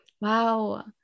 Wow